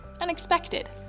unexpected